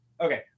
okay